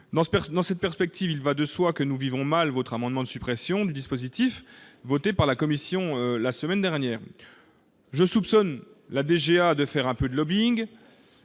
Dans cette perspective, il va de soi que nous vivons mal l'amendement du Gouvernement visant à supprimer le dispositif voté par la commission la semaine dernière. Je soupçonne la DGA de faire un peu de lobbying